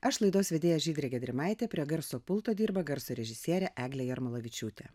aš laidos vedėja žydrė gedrimaitė prie garso pulto dirba garso režisierė eglė jarmolavičiūtė